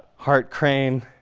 hart crane,